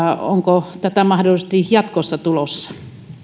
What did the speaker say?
onko tätä mahdollisesti jatkossa tulossa